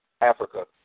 Africa